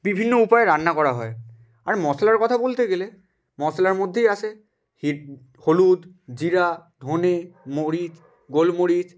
বিভিন্ন উপায়ে রান্না করা হয় আর মশলার কথা বলতে গেলে মশলার মধ্যেই আসে হলুদ জিরা ধনে মরিচ গোলমরিচ